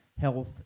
health